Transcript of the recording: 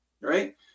right